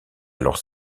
alors